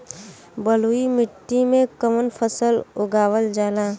बलुई मिट्टी में कवन फसल उगावल जाला?